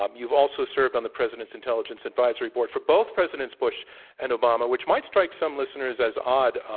um you've also served on the president's intelligence advisory board for both presidents bush and obama, which might strike some listeners as odd,